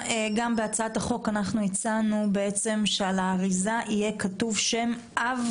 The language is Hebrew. בהצעת החוק הצענו שעל האריזה יהיה כתוב שם אב